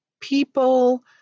people